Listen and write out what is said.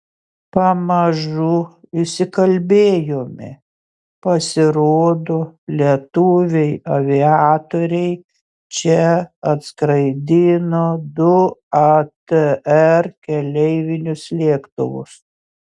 pamažu išsikalbėjome pasirodo lietuviai aviatoriai čia atskraidino du atr keleivinius lėktuvus